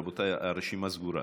רבותיי, הרשימה סגורה,